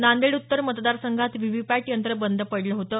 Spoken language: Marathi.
नांदेड उत्तर मतदारसंघात व्हीव्हीपॅट यंत्र बंद पडलं होतं